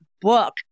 book